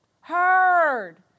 heard